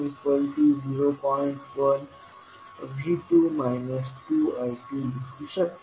1V2 2I2 लिहू शकता